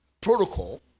protocol